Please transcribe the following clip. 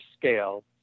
scale